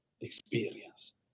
experience